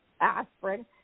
aspirin